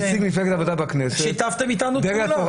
לבצע נטיעות בשנת שמיטה,